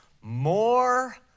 more